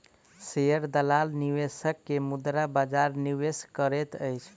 share दलाल निवेशक के मुद्रा बजार निवेश करैत अछि